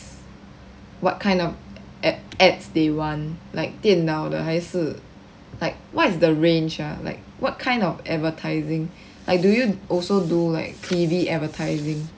what kind of ad~ ads they want like 电脑的还是 like what's the range ah like what kind of advertising like do you also do like T_V advertising